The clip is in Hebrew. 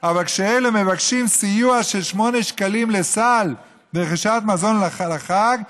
אבל כשאלה מבקשים סיוע של 8 שקלים לסל לרכישת מזון לחג,